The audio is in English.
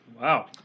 Wow